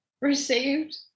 received